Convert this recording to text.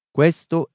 Questo